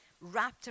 wrapped